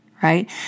Right